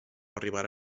arribarà